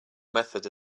method